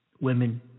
Women